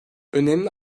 önemli